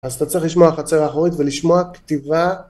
אז אתה צריך לשמוע חצר האחורית ולשמוע כתיבה